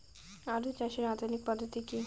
আলু চাষের আধুনিক পদ্ধতি কি?